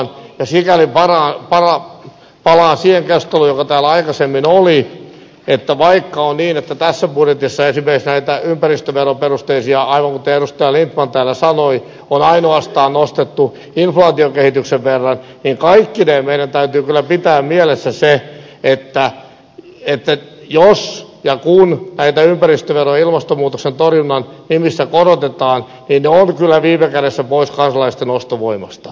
ja sikäli palaan siihen keskusteluun joka täällä aikaisemmin oli että vaikka on niin että tässä budjetissa esimerkiksi näitä ympäristöveroperusteisia aivan kuten edustaja lindtman täällä sanoi on ainoastaan nostettu inflaatiokehityksen verran niin kaikkineen meidän täytyy kyllä pitää mielessä se että jos ja kun näitä ympäristöveroja ilmastonmuutoksen torjunnan nimissä korotetaan niin ne ovat kyllä viime kädessä pois kansalaisten ostovoimasta